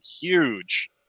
huge